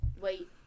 Wait